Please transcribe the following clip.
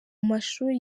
mashuri